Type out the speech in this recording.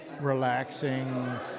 relaxing